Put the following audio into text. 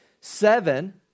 Seven